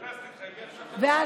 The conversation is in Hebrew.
גילה,